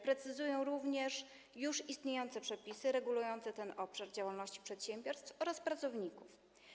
Precyzują również już istniejące przepisy regulujące ten obszar działalności przedsiębiorstw oraz pracowników.